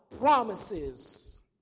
promises